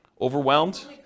Overwhelmed